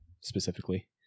specifically